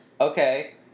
okay